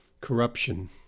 corruption